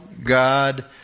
God